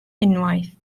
unwaith